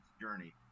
journey